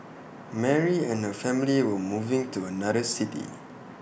Mary and her family were moving to another city